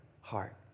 heart